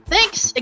Thanks